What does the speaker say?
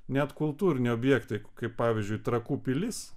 net kultūriniai objektai kaip pavyzdžiui trakų pilis